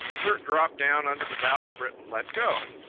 bert dropped down under the bowsprit and let go.